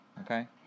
Okay